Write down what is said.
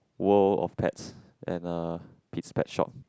World of Pets and uh Pete's Pet Shop